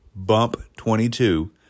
BUMP22